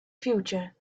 future